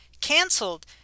canceled